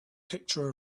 picture